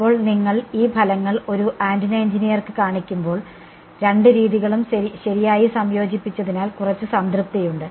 ഇപ്പോൾ നിങ്ങൾ ഈ ഫലങ്ങൾ ഒരു ആന്റിന എഞ്ചിനീയർക്ക് കാണിക്കുമ്പോൾ രണ്ട് രീതികളും ശരിയായി സംയോജിപ്പിച്ചതിനാൽ കുറച്ച് സംതൃപ്തിയുണ്ട്